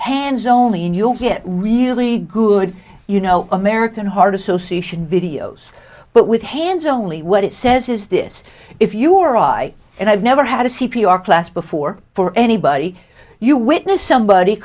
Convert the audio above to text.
hands only and you'll get really good you know american heart association videos but with hands only what it says is this if you or i and i've never had a c p r class before for anybody you witnessed somebody